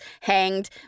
hanged